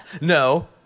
no